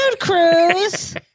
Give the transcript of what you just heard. cruise